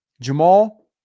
Jamal